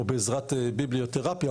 או בעזרת ביבליותרפיה,